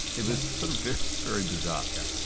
it was sort of very very bizarre. yeah.